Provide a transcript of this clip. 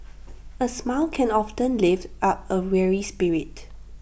A smile can often lift up A weary spirit